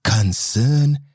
concern